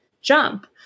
Jump